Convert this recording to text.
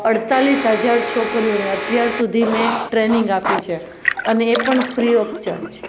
અડતાલીસ હજાર છોકરીઓને અત્યાર સુધી મેં ટ્રેનિગ આપી છે અને એ પણ ફ્રી ઓફ ચાર્જ